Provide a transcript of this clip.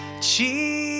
Cheese